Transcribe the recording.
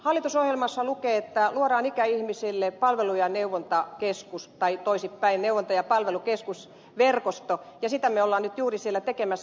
hallitusohjelmassa lukee että luodaan ikäihmisille palvelu ja neuvontakeskus tai toisin päin neuvonta ja palvelukeskusverkosto ja sitä me olemme juuri siellä tekemässä